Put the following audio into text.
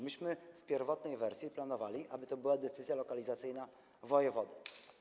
Myśmy w pierwotnej wersji planowali, aby to była decyzja lokalizacyjna wojewody.